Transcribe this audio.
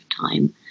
time